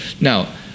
now